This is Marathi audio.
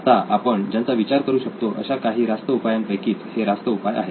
आत्ता आपण ज्यांचा विचार करू शकतो अशा काही रास्त उपायांपैकीच हे रास्त उपाय आहेत